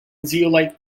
zeolite